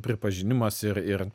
pripažinimas ir ir